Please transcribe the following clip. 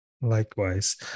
Likewise